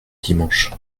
dimanche